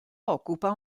occupa